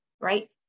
right